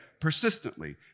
persistently